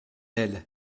elle